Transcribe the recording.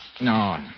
No